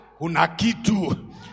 unakitu